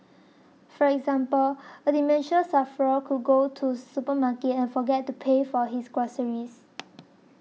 for example a dementia sufferer could go to supermarket and forget to pay for his groceries